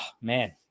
man